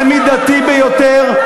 זה מידתי ביותר.